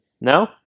No